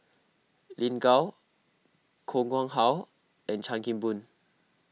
Lin Gao Koh Nguang How and Chan Kim Boon